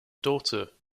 daughter